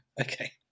okay